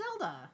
Zelda